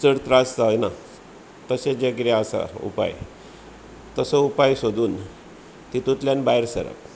चड त्रास जायनात तशें जे कितें आसा उपाय तसो उपाय सोदून तितुतल्यान भायर सरप